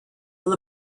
will